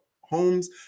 homes